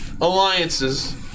alliances